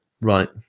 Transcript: Right